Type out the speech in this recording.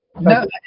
No